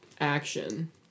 action